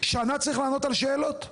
שנה צריך לענות על שאלות?